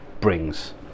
brings